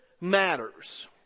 matters